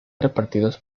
repartidos